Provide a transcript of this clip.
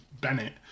Bennett